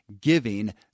giving